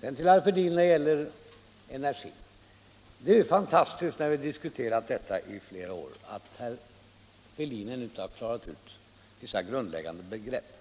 Sedan till frågan om energin. Det är fantastiskt att herr Fälldin, när vi nu diskuterat detta i flera år, ännu inte har vissa grundläggande begrepp klara för sig.